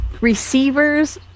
receivers